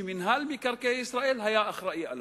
שמינהל מקרקעי ישראל היה אחראי עליו.